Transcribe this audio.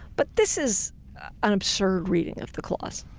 but this is an absurd reading of the clause.